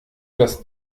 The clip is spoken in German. das